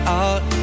out